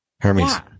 hermes